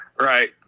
right